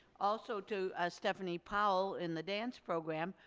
also, to ah stephanie powell in the dance program,